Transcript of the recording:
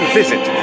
visit